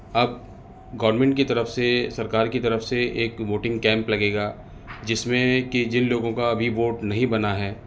آپ گورمنٹ کی طرف سے سرکار کی طرف سے ایک ووٹنگ کیمپ لگے گا جس میں کہ جن لوگوں کا ابھی ووٹ نہیں بنا ہے